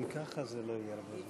אם זה לא היה כאן,